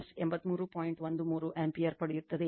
13 ampere ಪಡೆಯುತ್ತದೆ